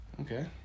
Okay